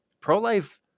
pro-life